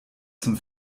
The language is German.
zum